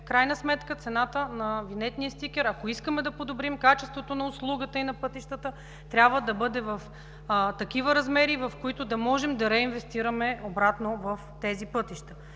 считам, че цената на винетния стикер, ако искаме да подобрим качеството на услугата и на пътищата, трябва да бъде в такива размери, с които да можем да реинвестираме обратно в тези пътища.